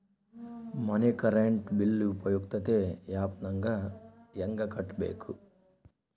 ಮನೆ current bill ಉಪಯುಕ್ತತೆ app ನಾಗ ಹೆಂಗ ಕಟ್ಟಬೇಕು?